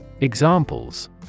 Examples